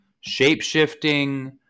shape-shifting